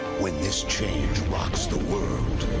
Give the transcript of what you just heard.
when this change rocks the world